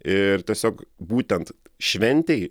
ir tiesiog būtent šventei